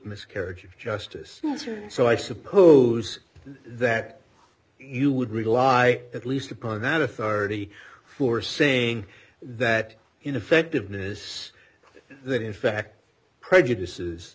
miscarriage of justice so i suppose that you would rely at least upon that authority for saying that ineffectiveness that in fact prejudices